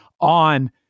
on